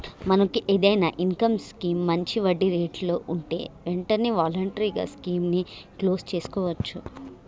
మనకు ఏదైనా income scheme మంచి వడ్డీ రేట్లలో ఉంటే వెంటనే వాలంటరీగా స్కీమ్ ని క్లోజ్ సేసుకోవచ్చు